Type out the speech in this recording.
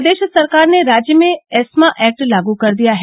प्रदेश सरकार ने राज्य में एस्मा ऐक्ट लागू कर दिया है